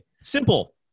Simple